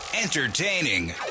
Entertaining